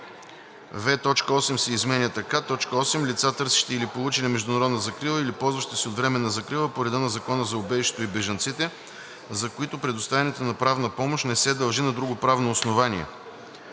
8 се изменя така: „8. лица, търсещи или получили международна закрила или ползващи се от временна закрила по реда на Закона за убежището и бежанците, за които предоставянето на правна помощ не се дължи на друго правно основание;“